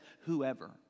whoever